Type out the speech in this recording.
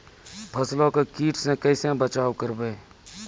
फसलों को कीट से कैसे बचाव करें?